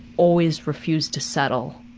always refused to settle.